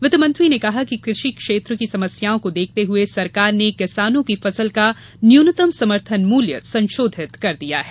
वित्त मंत्री ने कहा कि कृषि क्षेत्र की समस्याओं को देखते हुए सरकार ने किसानों की फसल का न्यूतनतम समर्थन मूल्य संशोधित कर दिया है